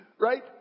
Right